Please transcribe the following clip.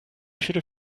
should